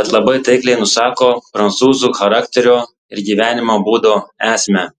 bet labai taikliai nusako prancūzų charakterio ir gyvenimo būdo esmę